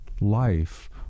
life